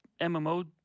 mmo